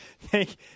Thank